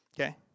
Okay